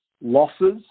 losses